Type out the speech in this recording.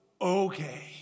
okay